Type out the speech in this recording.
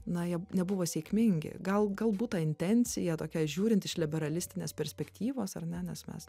na jie nebuvo sėkmingi gal galbūt ta intencija tokia žiūrint iš liberalistinės perspektyvos ar ne nes mes